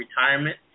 retirement